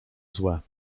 złe